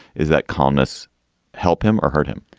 is that calmness help him or hurt him?